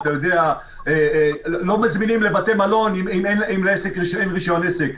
לא מזמינים לבתי מלון, אם לעסק אין רישיון עסק.